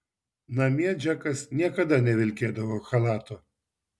namie džekas niekada nevilkėdavo chalato